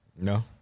No